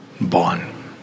born